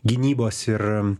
gynybos ir